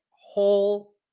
whole